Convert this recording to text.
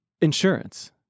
Insurance